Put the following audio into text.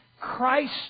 Christ